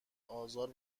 آزار